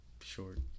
short